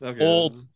Old